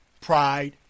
Pride